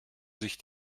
sich